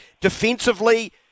defensively